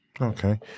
okay